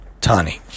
Tani